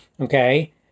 Okay